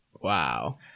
Wow